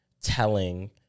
telling